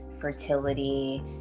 fertility